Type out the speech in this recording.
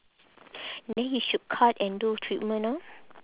then you should cut and do treatment ah